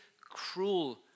cruel